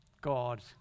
God